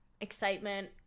excitement